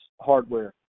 hardware